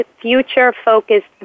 future-focused